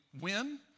win